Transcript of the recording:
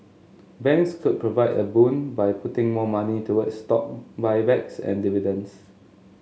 banks could provide a boon by putting more money toward stock buybacks and dividends